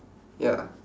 ya